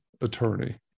attorney